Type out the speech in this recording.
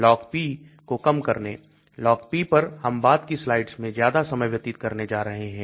LogP को कम करने LogP पर हम बाद की स्लाइड्स में ज्यादा समय व्यतीत करने जा रहे हैं